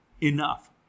enough